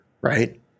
Right